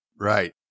Right